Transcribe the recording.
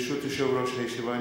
ברשות יושב-ראש הישיבה,